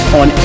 on